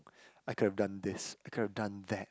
I could have done this I could have done that